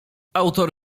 autor